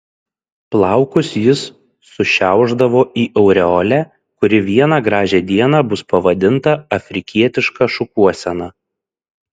plaukus jis sušiaušdavo į aureolę kuri vieną gražią dieną bus pavadinta afrikietiška šukuosena